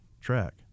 track